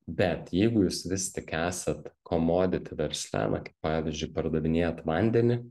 bet jeigu jūs vis tik esat komoditi versle na kaip pavyzdžiui pardavinėt vandenį